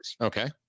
Okay